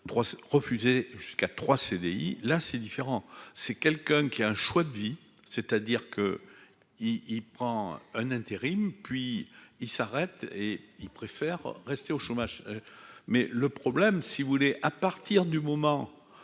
refusé jusqu'à trois CDI là c'est différent, c'est quelqu'un qui a un choix de vie, c'est-à-dire que il, il prend un intérim, puis il s'arrête et ils préfèrent rester au chômage, mais le problème, si vous voulez, à partir du moment